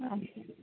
ആ